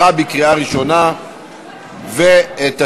(פטור ממס על כספים שיועדו להפקדה בקופת גמל מרכזית לקצבה),